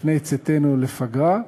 לפני צאתנו לפגרה,